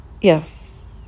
yes